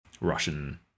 Russian